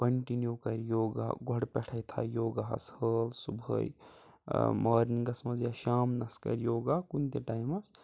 continue کَرِ یوگا گۄڈٕ پٮ۪ٹھَے تھاو یوگاہَس حٲل صُبحٲے مارنِنگَس منٛز یا شامنَس کَرِ یوگا کُنہِ تہِ ٹایمَس